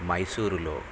మైసూరులో